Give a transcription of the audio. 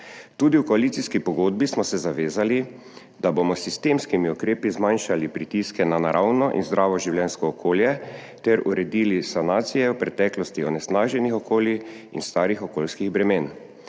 Tudi v koalicijski pogodbi smo se zavezali, da bomo s sistemskimi ukrepi zmanjšali pritiske na naravno in zdravo življenjsko okolje ter uredili sanacijo v preteklosti onesnaženih okolij in starih okoljskih bremen.